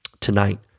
Tonight